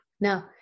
Now